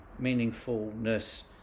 meaningfulness